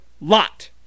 lot